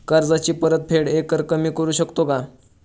कर्जाची परतफेड एकरकमी करू शकतो का?